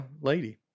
lady